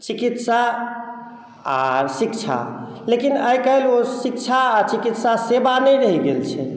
चिकित्सा आ शिक्षा लेकिन आइकाल्हि ओ शिक्षा आ चिकित्सा सेवा नहि रहि गेल छै